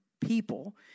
people